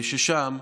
שם,